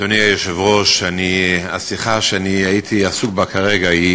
אדוני היושב-ראש, השיחה שהייתי עסוק בה כרגע היא